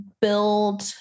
build